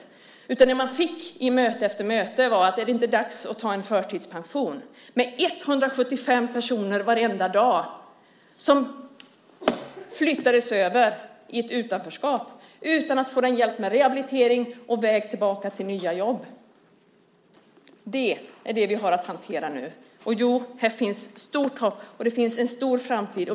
I möte efter möte fick man i stället höra att det kanske var dags att gå i förtidspension. 175 personer flyttades varenda dag över i ett utanförskap utan att få hjälp med rehabilitering för att kunna komma tillbaka till nytt jobb. Det har vi att hantera nu. Och ja, det finns ett stort hopp och en ljus framtid.